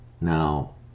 Now